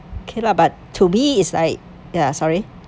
okay lah but to me is like ya sorry